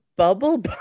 bubble